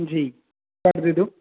જી કરી દીધું